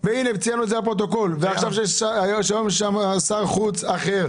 כי הרי יש לו משרד במשרד החוץ.